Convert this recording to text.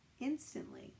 instantly